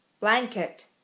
Blanket